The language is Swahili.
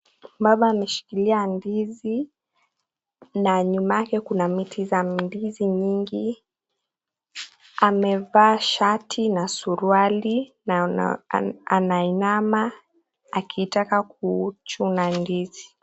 Baba ameshikilia ndizi na nyuma yake miti za mandizi nyingi. Amevaa shati na suruali na anainama akitaka kuchuna ndizi.